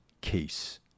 Case